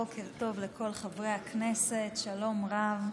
בוקר טוב לכל חברי הכנסת, שלום רב.